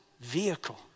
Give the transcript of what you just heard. vehicle